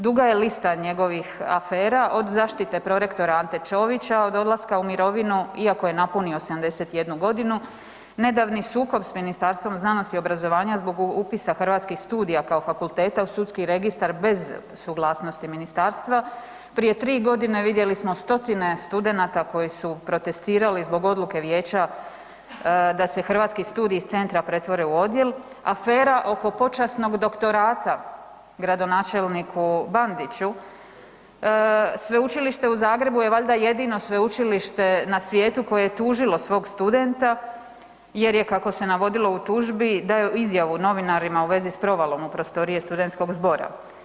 Duga je lista njegovih afera, od zaštite prorektora Ante Ćovića od odlaska u mirovinu iako je napunio 71 godinu, nedavni sukob s Ministarstvom znanosti i obrazovanja zbog upisa Hrvatskih studija kao fakulteta u Sudski registar bez suglasnosti ministarstva, prije 3 godine vidjeli smo stotine studenata koji su protestirali zbog odluke Vijeća da se Hrvatski studiji iz centra pretvore u odjel, afera oko počasnog doktorata gradonačelniku Bandiću, Sveučilište u Zagrebu je valjda jedino sveučilište na svijetu koje je tužilo svog studenta jer je, kako se navodilo u tužbi, dao izjavu novinara u vezi s provalom u prostorije Studentskog zbora.